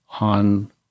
on